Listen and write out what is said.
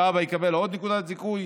והאבא יקבל עוד נקודת זיכוי.